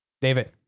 David